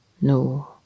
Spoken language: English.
No